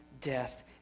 death